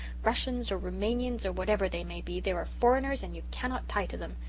russians or rumanians or whatever they may be, they are foreigners and you cannot tie to them.